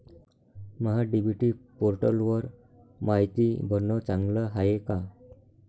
महा DBT पोर्टलवर मायती भरनं चांगलं हाये का?